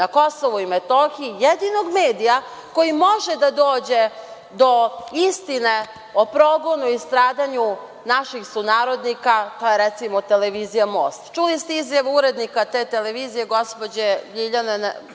na KiM, jedinog medija koji može da dođe do istine o progonu i stradanju naših sunarodnika, to je recimo televizija „Most“? Čuli ste izjavu urednika te televizije, gospođe Ljiljane,